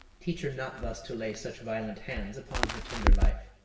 teach her not thus to lay such violent hands upon her tender life.